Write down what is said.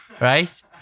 Right